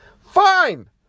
Fine